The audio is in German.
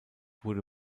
wurde